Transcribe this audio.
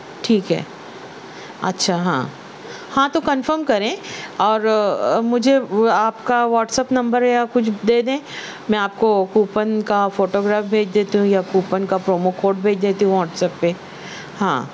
ٹھیک ہے اچھا ہاں ہاں تو کنفرم کریں اور مجھے آپ کا واٹسپ نمبر یا کچھ دے دیں میں آپ کو کوپن کا فوٹوگراف بھیج دیتی ہوں یا کوپن کا پرومو کوڈ بھیج دیتی ہوں واٹسپ پہ ہاں